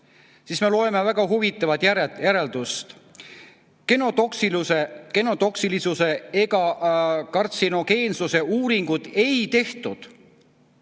siis me loeme sealt väga huvitavat järeldust: "Genotoksilisuse ega kantserogeensuse uuringuid ei tehtud.